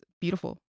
beautiful